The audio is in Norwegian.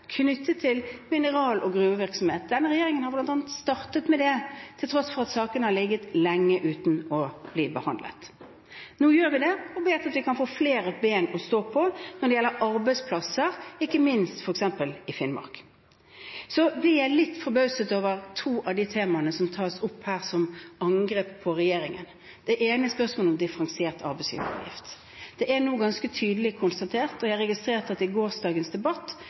mineral- og gruvevirksomhet. Denne regjeringen har startet med det arbeidet, til tross for at sakene har ligget lenge uten å bli behandlet. Nå gjør vi det, og vi vet at vi kan få flere ben å stå på når det gjelder arbeidsplasser, ikke minst i Finnmark. Jeg er litt forbauset over to av temaene som tas opp her som angrep på regjeringen. Det ene gjelder spørsmålet om differensiert arbeidsgiveravgift. Det er nå ganske tydelig konstatert – jeg registrerte at det i gårsdagens debatt